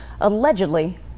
allegedly